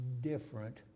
different